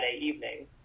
evening